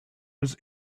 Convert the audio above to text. was